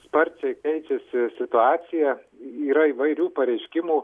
sparčiai keičiasi situacija yra įvairių pareiškimų